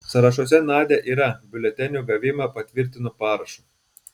sąrašuose nadia yra biuletenio gavimą patvirtino parašu